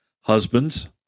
Husbands